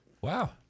wow